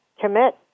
commit